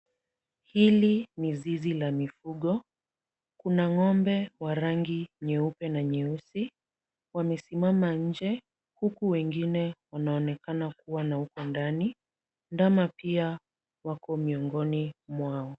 Hili ni zizi la mifugo. Kuna ng'ombe wa rangi nyeupe na nyeusi. Wamesimama nje huku wengine wanaonekana wakiwa na huko ndani. Ndama pia wako miongoni mwao.